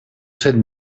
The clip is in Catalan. set